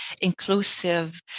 inclusive